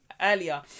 earlier